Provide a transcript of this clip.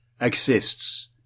exists